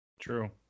True